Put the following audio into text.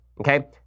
Okay